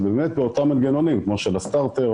אז באמת באותם מנגנונים כמו של הסטארטר,